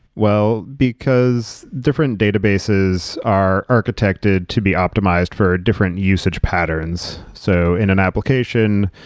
well, because different databases are architected to be optimized for different usage patterns. so, in an application,